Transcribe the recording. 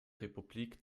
republik